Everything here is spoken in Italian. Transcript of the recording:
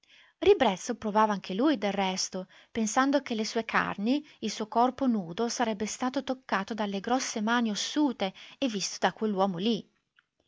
ribrezzo provava anche lui del resto pensando che le sue carni il suo corpo nudo sarebbe stato toccato dalle grosse mani ossute e visto da quell'uomo lì